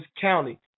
County